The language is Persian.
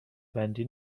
بندی